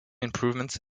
improvements